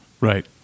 Right